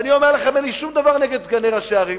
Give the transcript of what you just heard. אני אומר לכם שאין לי שום דבר נגד סגני ראשי ערים.